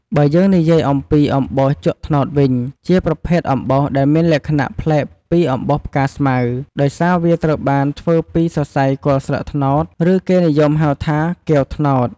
បើយើងនិយាយអំពី អំបោសជក់ត្នោតវិញ ជាប្រភេទអំបោសដែលមានលក្ខណៈប្លែកពីអំបោសផ្កាស្មៅ ដោយសារវាត្រូវបានធ្វើពីសរសៃគល់ស្លឹកត្នោត ឬគេនិយមហៅថា គាវត្នោត។